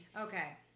Okay